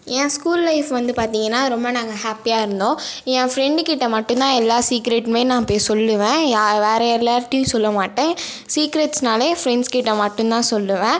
என் school life வந்து பார்த்திங்கன்னா ரொம்ப நாங்கள் ஹேப்பியாக இருந்தோம் என் ஃப்ரெண்டுக்கிட்ட மட்டுந்தான் எல்லா சீக்ரெட்டுமே நான் போய் சொல்லுவேன் யா வேறு எல்லார்கிட்டையும் சொல்ல மாட்டேன் சீக்ரெட்ஸ்னால் என் ஃப்ரெண்ட்ஸ் கிட்ட மட்டுந்தான் சொல்லுவேன்